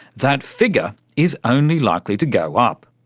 that figure is only likely to go up.